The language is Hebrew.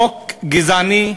חוק גזעני,